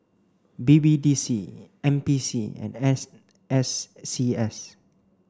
B B D C N P C and N's S C S